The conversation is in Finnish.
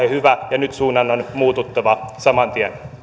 ja nyt suunnan on muututtava saman